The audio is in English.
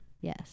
yes